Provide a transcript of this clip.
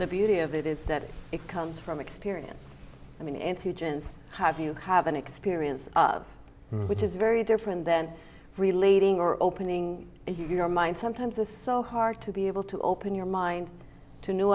the beauty of it is that it comes from experience i mean antigens have you have an experience which is very different than relating or opening your mind sometimes is so hard to be able to open your mind to new